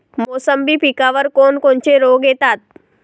मोसंबी पिकावर कोन कोनचे रोग येतात?